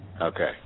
Okay